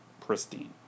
pristine